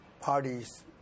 parties